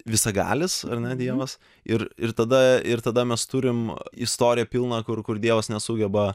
visagalis dievas ir ir tada ir tada mes turime istoriją pilną kur kur dievas nesugeba